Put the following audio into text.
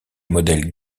modèles